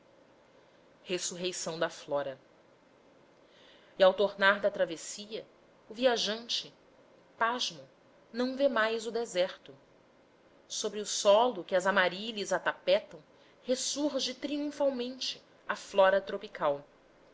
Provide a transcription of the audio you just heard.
ressurreição da flora e ao tornar da travessia o viajante pasmo não vê mais o deserto sobre o solo que as amarílis atapetam ressurge triunfalmente a flora tropical